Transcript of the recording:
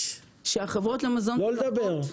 שהחברות למזון תינוקות,